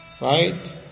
right